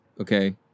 Okay